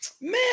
Man